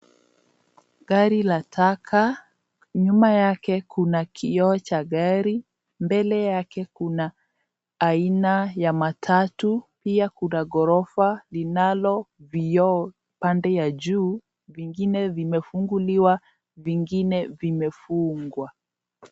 Gari la taka, nyuma yake kuna kioo cha gari, mbele yake kuna aina ya matatu pia kuna goroga linalo vioo pande ya juu; vingine vimefunguliwa, vingine vimefungwa.